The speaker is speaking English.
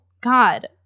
God